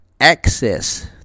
access